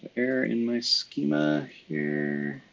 here in my schema, here